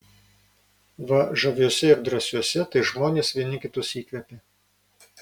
va žaviuose ir drąsiuose tai žmonės vieni kitus įkvepia